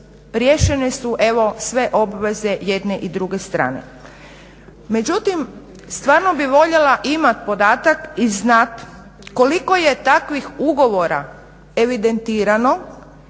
riješene su evo sve obveze jedne i druge strane. Međutim, stvarno bih voljela imati podatak i znat koliko je takvih ugovora evidentirano